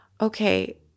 okay